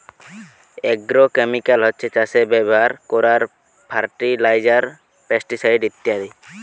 agrochemical হচ্ছে চাষে ব্যাভার কোরার ফার্টিলাইজার, পেস্টিসাইড ইত্যাদি